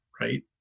right